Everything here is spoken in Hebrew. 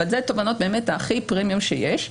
אבל אלו באמת תובענות הכי פרמיום שיש,